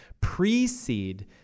precede